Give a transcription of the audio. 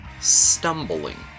stumbling